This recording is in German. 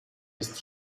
ist